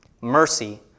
Mercy